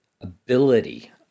ability